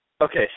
Okay